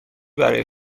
برای